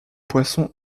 poisson